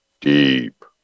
deep